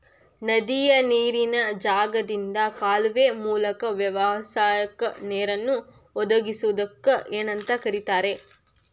ನದಿಯ ನೇರಿನ ಜಾಗದಿಂದ ಕಾಲುವೆಯ ಮೂಲಕ ವ್ಯವಸಾಯಕ್ಕ ನೇರನ್ನು ಒದಗಿಸುವುದಕ್ಕ ಏನಂತ ಕರಿತಾರೇ?